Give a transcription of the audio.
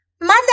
Mother